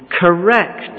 Correct